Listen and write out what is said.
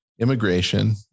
immigration